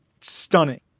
Stunning